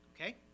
okay